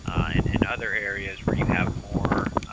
and in other areas where you have more